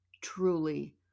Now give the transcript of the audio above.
truly